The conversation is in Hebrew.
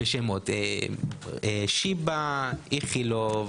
בשמות: שיבא, איכילוב,